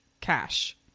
cash